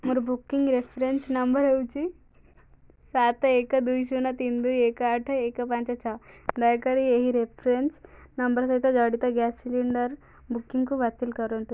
ମୋର booking reference number ହେଉଛି ସାତ ଏକ ଦୁଇ ଶୂନ ତିନି ଦୁଇ ଏକ ଆଠ ଏକ ପାଞ୍ଚ ଛଅ ଦୟାକରି ଏହି ରେଫରେନ୍ସ ନମ୍ବର୍ ସହିତ ଜଡ଼ିତ ଗ୍ୟାସ୍ ସିଲିଣ୍ଡର ବୁକିଙ୍ଗ୍ କୁ ବାତିଲ କରନ୍ତୁ